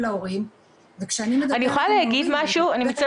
ההורים לומדים לנהל